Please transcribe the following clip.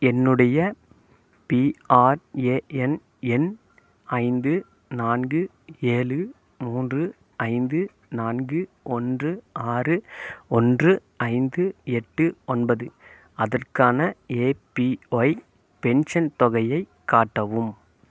என்னுடைய பிஆர்ஏஎன் எண் ஐந்து நான்கு ஏழு மூன்று ஐந்து நான்கு ஒன்று ஆறு ஒன்று ஐந்து எட்டு ஒன்பது அதற்கான ஏபிஒய் பென்ஷன் தொகையைக் காட்டவும்